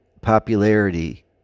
popularity